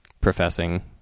professing